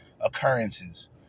occurrences